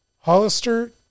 Hollister